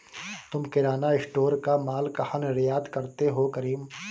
तुम किराना स्टोर का मॉल कहा निर्यात करते हो करीम?